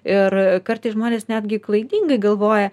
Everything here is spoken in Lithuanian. ir kartais žmonės netgi klaidingai galvoja